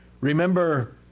Remember